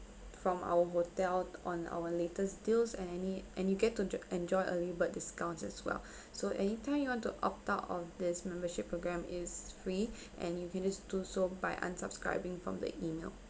from our hotel on our latest deals at any and you get to enjoy early bird discounts as well so anytime you want to opt out of this membership program is free and you can just do so by unsubscribing from the email